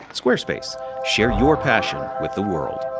squarespace share your passion with the world.